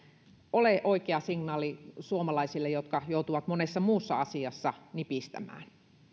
ole oikea signaali suomalaisille jotka joutuvat monessa muussa asiassa nipistämään